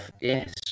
yes